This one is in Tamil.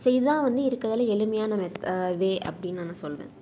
ஸோ இது தான் வந்து இருக்கிறதுலேயே எளிமையான மெத் வே அப்படின்னு நான் சொல்வேன்